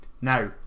Now